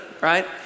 right